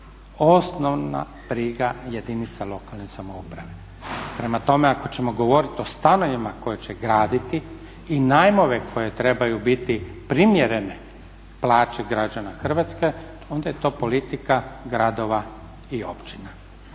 osnovna briga jedinica lokalne samouprave. Prema tome, ako ćemo govoriti o stanovima koje će graditi i najmove koji trebaju biti primjereni plaći građana Hrvatske onda je to politika gradova i općina.